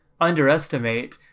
underestimate